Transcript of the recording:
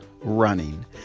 Running